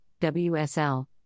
WSL